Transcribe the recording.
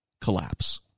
collapse